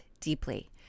deeply